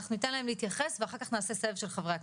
אנחנו ניתן להם להתייחס ואחרי זה נעשה סבב של חברי כנסת.